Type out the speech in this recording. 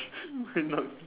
wait no